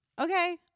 Okay